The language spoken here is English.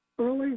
early